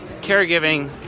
caregiving